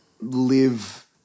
live